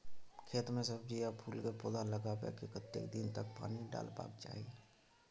खेत मे सब्जी आ फूल के पौधा लगाबै के कतेक दिन तक पानी डालबाक चाही?